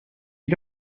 you